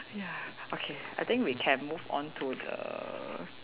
ya okay I think we can move on to the